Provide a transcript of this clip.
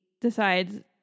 decides